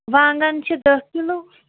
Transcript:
وانٛگن چھِ دَہ کِلوٗ